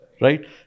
right